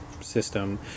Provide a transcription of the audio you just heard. system